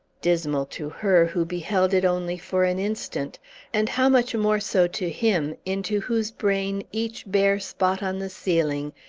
dismal to her, who beheld it only for an instant and how much more so to him, into whose brain each bare spot on the ceiling,